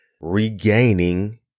regaining